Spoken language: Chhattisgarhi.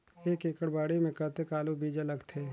एक एकड़ बाड़ी मे कतेक आलू बीजा लगथे?